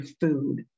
food